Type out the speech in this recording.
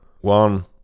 one